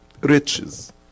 riches